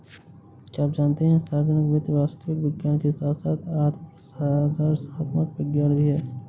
क्या आप जानते है सार्वजनिक वित्त वास्तविक विज्ञान के साथ साथ आदर्शात्मक विज्ञान भी है?